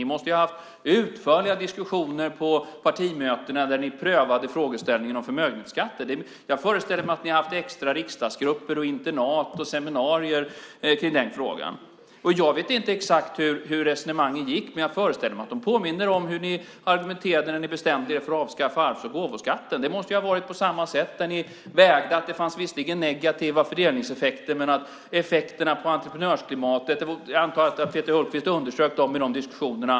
Ni måste ha haft utförliga diskussioner på partimötena där ni prövade frågeställningen om förmögenhetsskatter. Jag föreställer mig att ni har haft extra riksdagsgrupper, internat och seminarier kring den frågan. Jag vet inte exakt hur resonemangen gick, men jag föreställer mig att de påminner om hur ni argumenterade när ni bestämde er för att avskaffa arvs och gåvoskatten. Det måste ha varit på samma sätt, att ni övervägde att det fanns negativa fördelningseffekter men att det gav effekter på entreprenörsklimatet. Jag antar att Peter Hultqvist underströk dem i de diskussionerna.